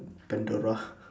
pandora